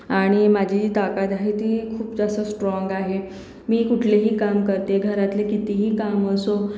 आणि माझी ताकद आहे ती खूप जास्त स्ट्राँग आहे मी कुठलेही काम करते घरातले कितीही काम असो